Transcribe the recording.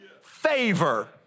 favor